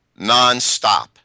nonstop